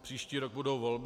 Příští rok budou volby.